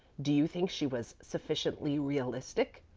do you think she was sufficiently realistic?